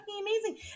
amazing